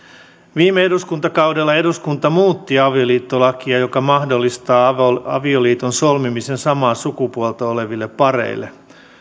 viime eduskuntakaudella eduskunta muutti avioliittolakia niin että se mahdollistaa avioliiton solmimisen samaa sukupuolta oleville pareille